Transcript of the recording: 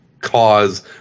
cause